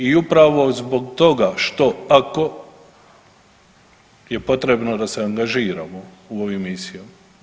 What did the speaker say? I upravo zbog toga što ako, je potrebno da se angažiramo u ovim misijama.